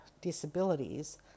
disabilities